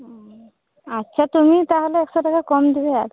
হুম আচ্ছা তুমি তাহলে একশো টাকা কম দেবে আর